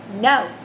no